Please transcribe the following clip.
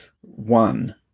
one